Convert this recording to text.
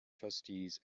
trustees